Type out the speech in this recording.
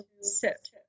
sit